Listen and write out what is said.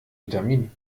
vitamin